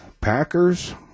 packers